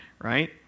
right